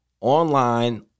online